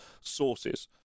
sources